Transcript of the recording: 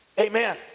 amen